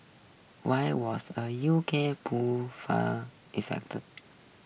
why was a U K poll firm effect